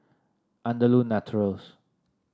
Andalou Naturals